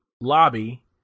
lobby